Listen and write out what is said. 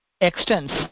extends